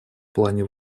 плане